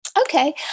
Okay